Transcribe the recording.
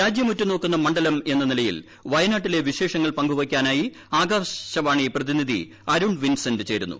രാജ്യം ഉറ്റുനോക്കുന്ന മണ്ഡലം എന്ന നില യിൽ വയനാട്ടിലെ വിശ്ശേഷ്ങൾ പങ്കുവയ്ക്കാനായി ആകാശവാണി പ്രതിനിധി അരുൺ വിൻ്റ്സ്ന്റ് ചേരുന്നു